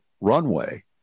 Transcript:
runway